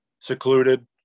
secluded